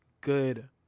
good